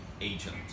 agent